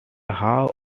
how